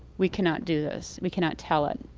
we cannot do this. we cannot tell it.